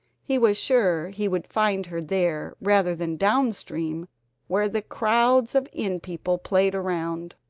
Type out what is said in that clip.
he was sure he would find her there rather than down-stream where the crowds of inn people played around,